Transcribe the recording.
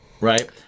right